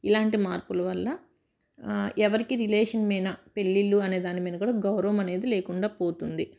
ఇలాంటి మార్పుల వల్ల ఎవరికి రిలేషన్ మీద పెళ్ళిళ్ళు అనే దాని మీద కూడా గౌరవం అనేది లేకుండా పోతుంది